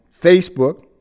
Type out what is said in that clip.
Facebook